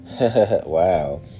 Wow